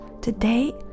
today